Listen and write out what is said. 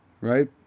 right